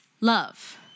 love